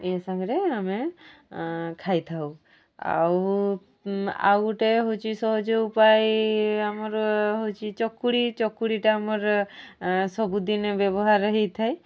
ଏ ସାଙ୍ଗରେ ଆମେ ଖାଇଥାଉ ଆଉ ଆଉ ଗୋଟେ ହେଉଛି ସହଜ ଉପାୟ ଆମର ହେଉଛି ଚକୁଡ଼ି ଚକୁଡ଼ିଟା ଆମର ସବୁଦିନେ ବ୍ୟବହାର ହେଇଥାଏ